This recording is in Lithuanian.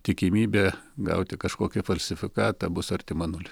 tikimybė gauti kažkokį falsifikatą bus artima nuliui